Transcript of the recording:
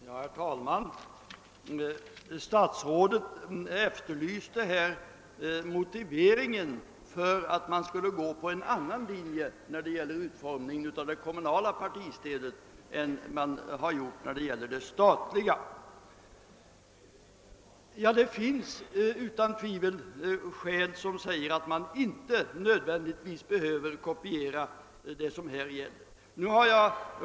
Herr talman! Statsrådet Lundkvist efterlyste motiveringen för att man skulle följa en annan linje när det gäller utformningen av det kommunala partistödet än man gjort när det gäller det statliga. Det finns utan tvivel skäl som talar för att man inte nödvändigtvis behöver kopiera det statliga systemet.